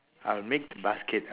I'll make the basket